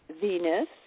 Venus